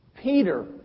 Peter